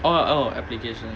orh oh application